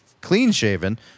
clean-shaven